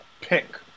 pick